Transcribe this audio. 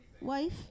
wife